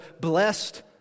Blessed